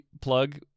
plug